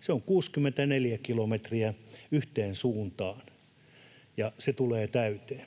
se on 64 kilometriä yhteen suuntaan ja se tulee täyteen.